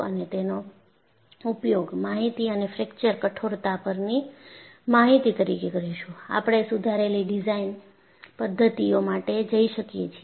અને તેનો ઉપયોગ માહિતી અને ફ્રેકચર કઠોરતા પરની માહિતી તરીકે કરીશું આપણે સુધારેલી ડિઝાઇન પદ્ધતિઓ માટે જઈ શકીએ છીએ